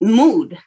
mood